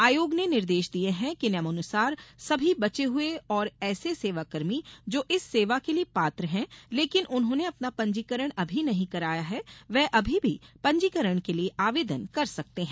आयोग ने निर्देश दिए है कि नियमानुसार सभी बचे हुए और ऐसे सेवाकर्मी जो इस सेवा के लिए पात्र हैं लेकिन उन्होंने अपना पंजीकरण अभी नहीं कराया है वे अभी भी पंजीकरण के लिए आवेदन कर सकते हैं